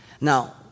now